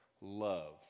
love